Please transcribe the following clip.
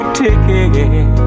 ticket